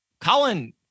Colin